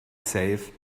safe